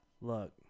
Look